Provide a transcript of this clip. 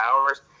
hours